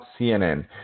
CNN